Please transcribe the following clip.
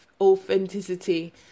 authenticity